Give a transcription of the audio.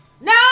No